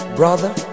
brother